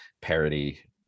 parody